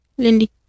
lindy